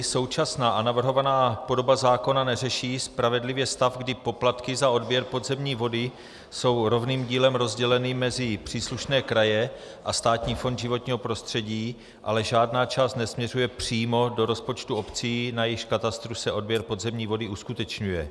Současná a navrhovaná podoba zákona neřeší spravedlivě stav, kdy poplatky za odběr podzemní vody jsou rovným dílem rozděleny mezi příslušné kraje a Státní fond životního prostředí, ale žádná část nesměřuje přímo do rozpočtu obcí, na jejichž katastru se odběr podzemní vody uskutečňuje.